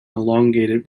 elongated